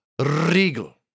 regal